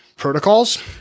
Protocols